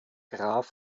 graf